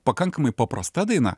pakankamai paprasta daina